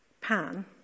pan